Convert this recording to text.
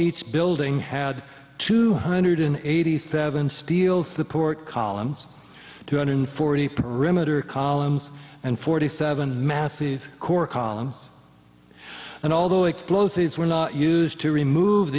each building had two hundred eighty seven steels the port columns two hundred forty perimeter columns and forty seven massive core columns and although explosives were not used to remove